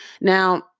Now